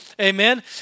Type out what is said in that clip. amen